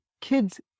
kids